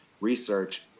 research